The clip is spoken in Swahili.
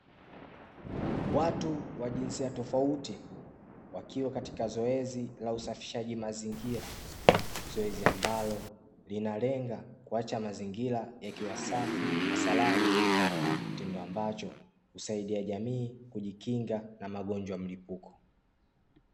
Watu wa jinsia tofauti wakiwa katika zoezi la usafishaji mazingira, zoezi ambalo linalenga kuacha mazingira yakiwa safi na salama, kitendo ambacho husaidia jamii kujikinga na magonjwa ya mlipuko.